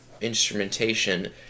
instrumentation